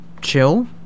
chill